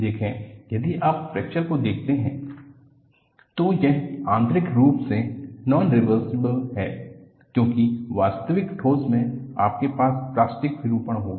देखें यदि आप फ्रैक्चर को देखते हैं तो यह आंतरिक रूप से नॉन रिवर्सिबल है क्योंकि वास्तविक ठोस में आपके पास प्लास्टिक विरूपण होगा